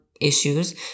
issues